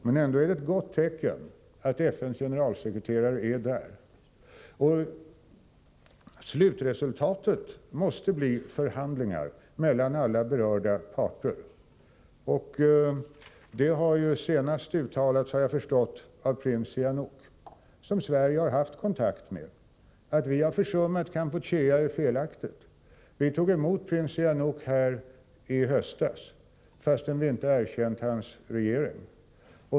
Men ändå är det ett gott tecken att FN:s generalsekreterare är där. Slutresultatet måste bli förhandlingar mellan alla berörda parter. Det har, såvitt jag har förstått, senast uttalats av Prins Sihanouk, som Sverige har haft kontakt med. Påståendet att vi försummat Kampuchea är felaktigt. Vi tog emot Prins Sihanouk i höstas, trots att vi inte erkänt hans regering.